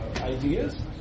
ideas